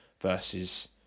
versus